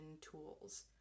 tools